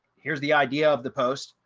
here's the idea of the post,